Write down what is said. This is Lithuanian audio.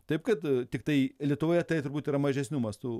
taip kad tiktai lietuvoje tai turbūt yra mažesniu mastu